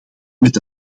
met